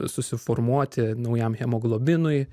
susiformuoti naujam hemoglobinui